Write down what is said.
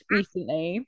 recently